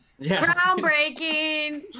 Groundbreaking